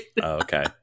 Okay